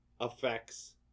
affects